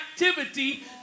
activity